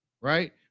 Right